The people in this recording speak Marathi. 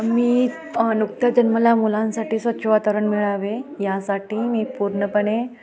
मी नुकत्याच जन्मलेल्या मुलांसाठी स्वच्छ वातावरण मिळावे यासाठी मी पूर्णपणे